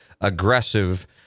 aggressive